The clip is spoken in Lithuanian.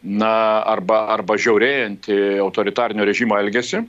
na arba arba žiaurėjantį autoritarinio režimo elgesį